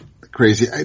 crazy